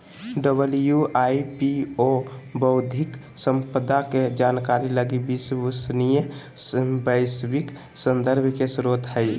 WIPO बौद्धिक संपदा के जानकारी लगी विश्वसनीय वैश्विक संदर्भ के स्रोत हइ